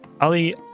Ali